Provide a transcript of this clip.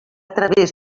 través